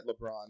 LeBron